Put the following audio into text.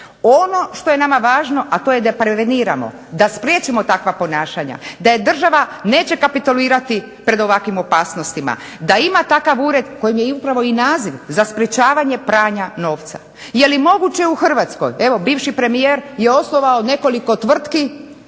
Ono što je nama važno, a to je da preveniramo, da spriječimo takva ponašanja, da država neće kapitulirati pred ovakvim opasnostima, da ima takav ured kojem je upravo i naziv za sprečavanje pranja novca. Je li moguće u Hrvatskoj, evo bivši premijer je osnovao nekoliko tvrtki